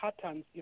patterns